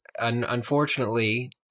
Unfortunately